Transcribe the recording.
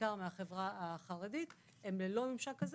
בעיקר מהחברה החרדית הם ללא ממשק כזה